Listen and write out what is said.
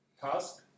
task